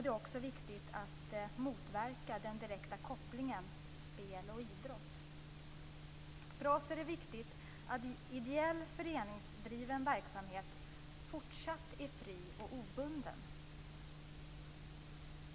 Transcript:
Det är också viktigt att motverka den direkta kopplingen spel och idrott. För oss är det viktigt att ideell, föreningsdriven verksamhet fortsätter att vara fri och obunden.